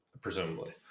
presumably